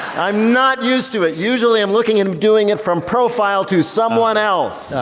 i'm not used to it. usually i'm looking at him doing it from profile to someone else.